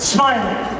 Smiling